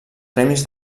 premis